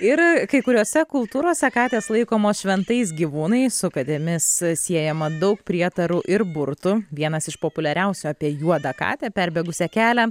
ir kai kuriose kultūrose katės laikomos šventais gyvūnais su katėmis siejama daug prietarų ir burtų vienas iš populiariausių apie juodą katę perbėgusią kelią